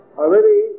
already